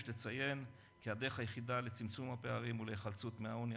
יש לציין כי הדרך היחידה לצמצום הפערים ולהיחלצות מהעוני